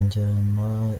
njyana